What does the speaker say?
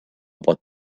pot